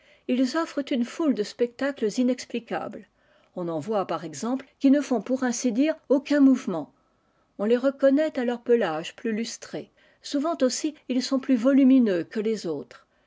us offrent une foule de spectacles inexplicables on en voit par exemple qui ne font pour ainsi dire aucun mouvement on les reconnaît à leur pelage plus lustré souvent aussi ils sont plus volumineux que les autres